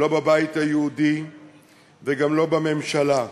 לא בבית היהודי וגם לא בממשלה.